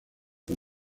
con